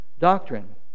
doctrine